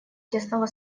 тесного